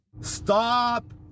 Stop